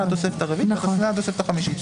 לתוספת הרביעית והפנייה לתוספת החמישית.